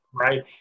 right